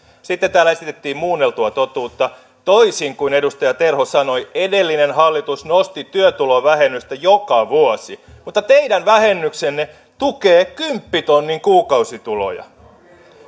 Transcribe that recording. sitten täällä esitettiin muunneltua totuutta toisin kuin edustaja terho sanoi edellinen hallitus nosti työtulovähennystä joka vuosi mutta teidän vähennyksenne tukee kymppitonnin kuukausituloja